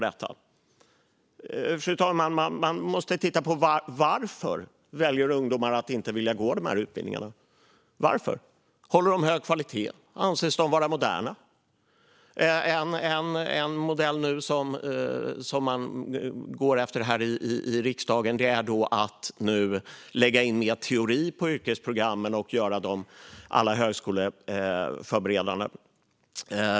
Man måste titta på varför ungdomar väljer att inte gå utbildningarna. Håller utbildningarna hög kvalitet? Anses de vara moderna? En modell som man går efter i riksdagen är att lägga in mer teori i yrkesprogrammen och göra dem alla högskoleförberedande.